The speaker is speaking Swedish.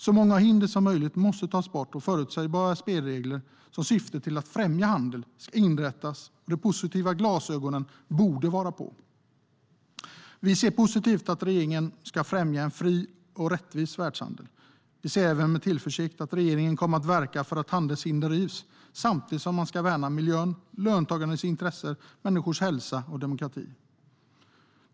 Så många hinder som möjligt måste tas bort, och förutsägbara spelregler som syftar till att främja handel ska inrättas. De positiva glasögonen borde vara på. Vi ser positivt på att regeringen ska främja en fri och rättvis världshandel. Vi ser även med tillförsikt på att regeringen kommer att verka för att handelshinder rivs samtidigt som man ska värna miljön, löntagarnas intressen, människors hälsa och demokrati.